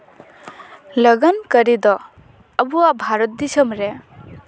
ᱞᱟᱜᱟᱱ ᱠᱟᱹᱨᱤ ᱫᱚ ᱟᱵᱚᱣᱟᱜ ᱵᱷᱟᱨᱚᱛ ᱫᱤᱥᱚᱢ ᱨᱮ